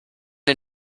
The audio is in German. den